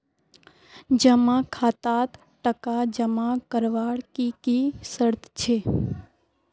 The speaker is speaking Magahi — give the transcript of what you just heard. जमा खातात टका जमा करवार की की शर्त छे?